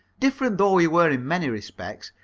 different though we were in many respects,